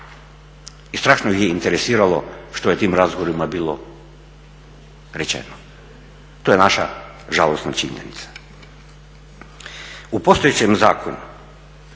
I strašno ih je interesiralo što je na tim razgovorima bilo rečeno. To je naša žalosna činjenica. U postojećem zakonu